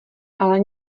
ale